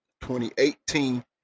2018